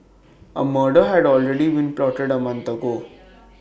A murder had already been plotted A month ago